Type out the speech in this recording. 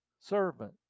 servant